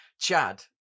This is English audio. Chad